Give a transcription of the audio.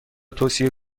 توصیه